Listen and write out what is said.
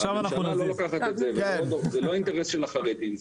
זה לא אינטרס של החרדים,